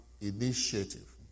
initiative